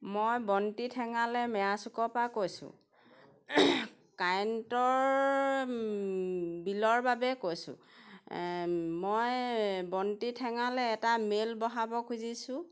মই বন্তি ঠেঙালে মেৰাচুকৰ পা কৈছোঁ কাৰেণ্টৰ বিলৰ বাবে কৈছোঁ মই বন্তি ঠেঙালে এটা মেইল বঢ়াব খুজিছোঁ